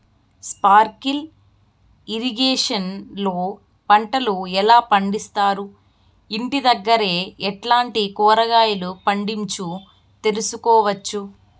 Sprinkle irrigation లో పంటలు ఎలా పండిస్తారు, ఇంటి దగ్గరే ఎట్లాంటి కూరగాయలు పండించు తెలుసుకోవచ్చు?